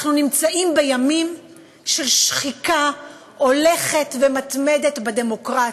אנחנו נמצאים בימים של שחיקה הולכת ומתמדת בדמוקרטיה.